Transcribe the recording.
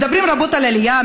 מדברים רבות על עלייה,